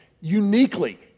uniquely